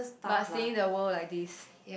but seeing the world like this